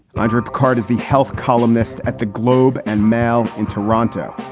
andrew picard is the health columnist at the globe and mail in toronto.